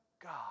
God